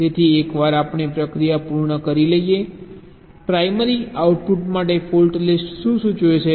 તેથી એકવાર આપણે પ્રક્રિયા પૂર્ણ કરી લઈએ પ્રાઇમરી આઉટપુટ માટે ફોલ્ટ લિસ્ટ શું સૂચવે છે